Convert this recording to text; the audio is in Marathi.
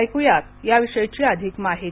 ऐकू या विषयीची अधिक माहिती